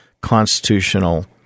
constitutional